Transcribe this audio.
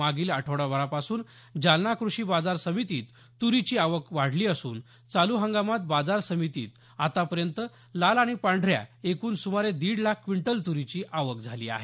मागील आठडाभरापासून जालना कृषी बाजार समितीत तुरीची आवक वाढली असून चालू हंगामात बाजार समितीमत आतापर्यंत लाल आणि पांढऱ्या एकूण सुमारे दीड लाख क्विंटल तुरीची आवक झाली आहे